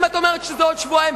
אם את אומרת שזה עוד שבועיים.